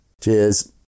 Cheers